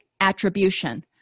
attribution